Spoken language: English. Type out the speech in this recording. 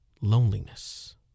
loneliness